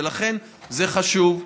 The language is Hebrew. ולכן זה חשוב,